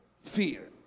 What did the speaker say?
fear